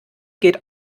geht